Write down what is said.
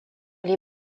les